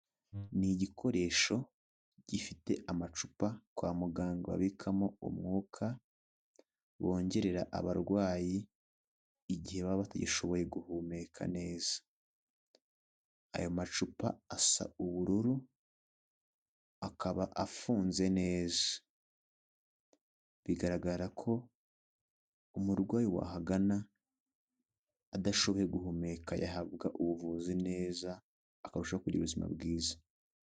Ni igikoresho gifite amacupa kwa muganga babikamo umwuka bongerera abarwayi igihe baba batagishoboye guhumeka neza, ayo macupa asa ubururu akaba afunze neza, bigaragara ko umurwayi wahagana adashoboye guhumeka yahabwa ubuvuzi neza akarushaho kugira ubuzima bwiza.